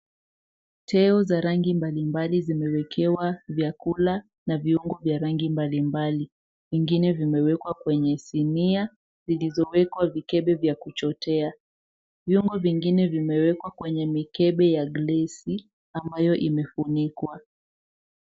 Uteo vya rangi mbali mbali vimewekewa vyakula na viungo vya rangi mbalimbali. Vingine vimewekwa sinia vilivyoekwa vya kuchotea. Vyombo vingine vimewekwa kwenye mikebe ya ya glesi ambayo imefunikwa.